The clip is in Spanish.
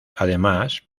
además